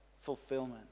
fulfillment